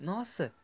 Nossa